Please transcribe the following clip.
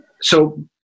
So-